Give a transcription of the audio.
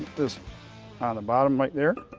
this on the bottom right there.